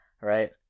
Right